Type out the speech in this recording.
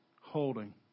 holding